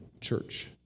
church